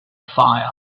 fire